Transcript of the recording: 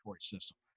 system